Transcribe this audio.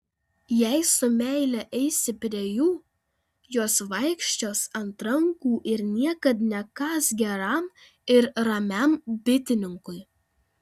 jei su meile eisi prie jų jos vaikščios ant rankų ir niekad nekąs geram ir ramiam bitininkui